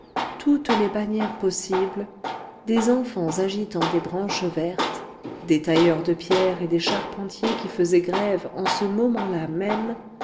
toutes les bannières possibles des enfants agitant des branches vertes des tailleurs de pierre et des charpentiers qui faisaient grève en ce moment-là même